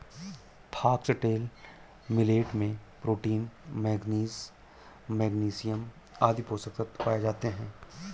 foxtail millet में protein, manganese, magnesium आदि पोषक तत्व पाए जाते है